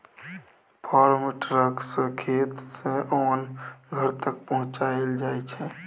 farm truck सँ खेत सँ ओन घर तक पहुँचाएल जाइ छै